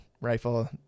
rifle